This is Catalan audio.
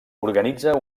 organitza